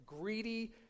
greedy